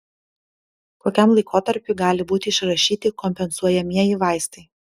kokiam laikotarpiui gali būti išrašyti kompensuojamieji vaistai